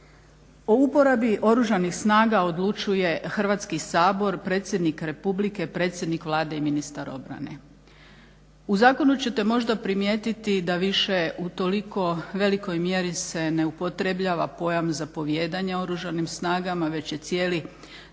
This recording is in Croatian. O uporabi Oružanih snaga odlučuje Hrvatski sabor, predsjednik Republike, predsjednik Vlade i ministar obrane. U zakonu ćete možda primijetiti da više u toliko velikoj mjeri se ne upotrebljava pojam zapovijedanja Oružanim snagama već je cijeli zakon